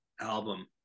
album